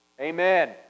Amen